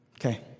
Okay